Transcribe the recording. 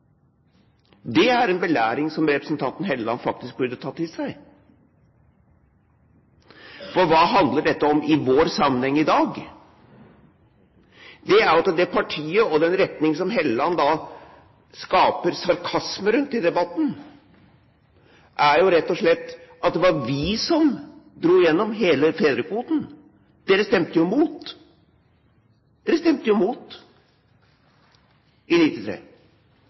Det er en belæring som representanten Hofstad Helleland faktisk burde ta til seg. For hva handler dette om i vår sammenheng i dag? Når det gjelder det partiet og den retning som Hofstad Helleland skaper sarkasme rundt i debatten, er det jo rett og slett slik at det var vi som dro gjennom hele fedrekvoten. Dere stemte jo imot! Dere stemte jo imot i